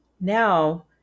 now